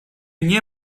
nie